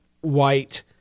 white